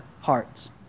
hearts